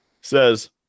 says